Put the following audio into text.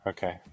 Okay